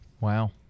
Wow